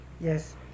Yes